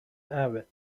avid